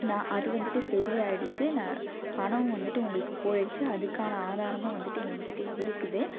நான் அது வந்துட்டு சரி ஆகிடுச்சி நான் பணம் வந்துட்டு உங்களுக்கு போய்டுச்சி அதுக்கான ஆதாரமும் வந்துட்டு எங்கிட்ட இருக்குது